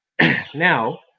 now